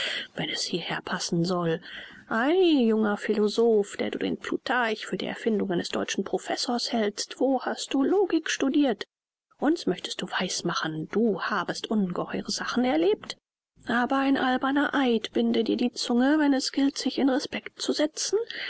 wenn es hierher passen soll ei junger philosoph der du den plutarch für die erfindung eines deutschen professors hältst wo hast du logik studirt uns möchtest du weiß machen du habest ungeheure sachen erlebt aber ein alberner eid binde dir die zunge wenn es gilt sich in respect zu setzen